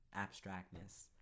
abstractness